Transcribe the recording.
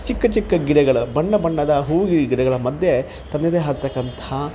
ಚಿಕ್ಕ ಚಿಕ್ಕ ಗಿಡಗಳ ಬಣ್ಣ ಬಣ್ಣದ ಹೂವಿನ ಗಿಡಗಳ ಮಧ್ಯೆ ತನ್ನದೇ ಆಗಿರ್ತಕ್ಕಂಥ